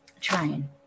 trying